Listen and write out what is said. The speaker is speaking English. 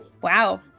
Wow